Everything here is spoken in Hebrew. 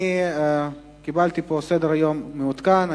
אני קיבלתי פה סדר-יום מעודכן,